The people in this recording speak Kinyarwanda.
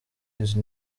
izi